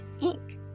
Inc